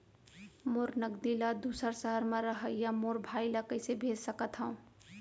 मोर नगदी ला दूसर सहर म रहइया मोर भाई ला कइसे भेज सकत हव?